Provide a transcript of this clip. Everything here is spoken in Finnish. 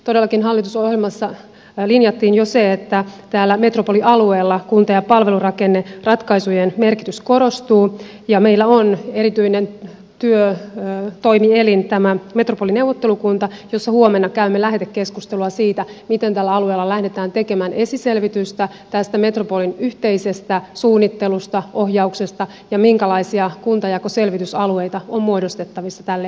todellakin hallitusohjelmassa linjattiin jo se että täällä metropolialueella kunta ja palvelurakenneratkaisujen merkitys korostuu ja meillä on erityinen toimielin tämä metropolineuvottelukunta jossa huomenna käymme lähetekeskustelua siitä miten tällä alueella lähdetään tekemään esiselvitystä tästä metropolin yhteisestä suunnittelusta ja ohjauksesta ja minkälaisia kuntajakoselvitysalueita on muodostettavissa tälle alueelle